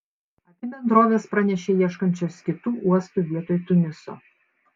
abi bendrovės pranešė ieškančios kitų uostų vietoj tuniso